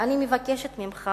ואני מבקשת ממך,